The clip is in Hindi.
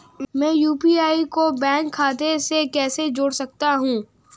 मैं यू.पी.आई को बैंक खाते से कैसे जोड़ सकता हूँ?